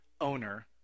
owner